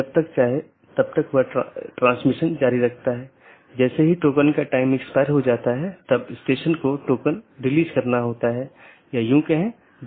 BGP चयन एक महत्वपूर्ण चीज है BGP एक पाथ वेक्टर प्रोटोकॉल है जैसा हमने चर्चा की